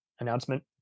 announcement